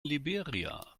liberia